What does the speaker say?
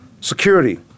security